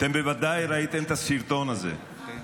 אתם בוודאי ראיתם את הסרטון הזה לפני שבוע, אתם